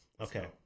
Okay